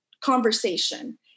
conversation